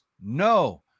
no